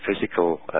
physical